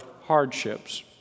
hardships